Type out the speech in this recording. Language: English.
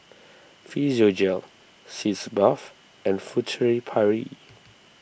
Physiogel Sitz Bath and Furtere Paris